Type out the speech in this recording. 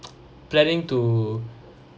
planning to